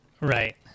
Right